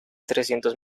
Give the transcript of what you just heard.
trescientos